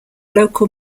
local